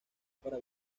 para